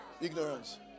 Ignorance